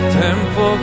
tempo